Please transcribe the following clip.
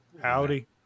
Howdy